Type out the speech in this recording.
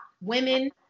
women